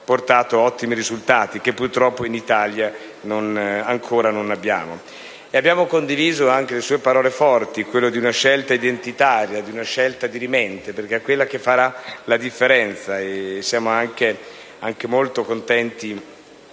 portato ad ottimi risultati che, purtroppo, in Italia ancora non abbiamo. Abbiamo condiviso anche le sue parole forti in merito ad una scelta identitaria, una scelta dirimente, che è quella che farà la differenza. Siamo molto contenti